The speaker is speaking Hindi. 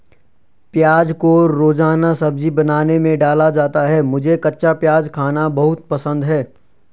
प्याज को रोजाना सब्जी बनाने में डाला जाता है मुझे कच्चा प्याज खाना बहुत पसंद है